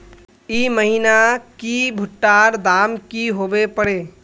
ई महीना की भुट्टा र दाम की होबे परे?